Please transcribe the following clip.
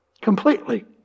Completely